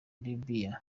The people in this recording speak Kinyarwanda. libya